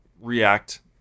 React